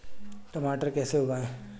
मटर कैसे उगाएं?